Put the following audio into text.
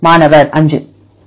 மாணவர் 5